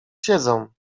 siedzą